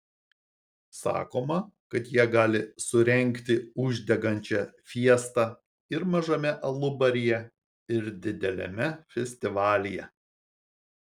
sakoma kad jie gali surengti uždegančią fiestą ir mažame alubaryje ir dideliame festivalyje